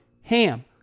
HAM